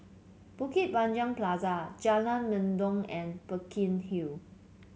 Bukit Panjang Plaza Jalan Mendong and Burkill Hall